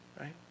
right